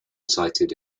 cited